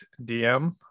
dm